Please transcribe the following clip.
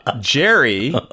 Jerry